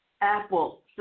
Apple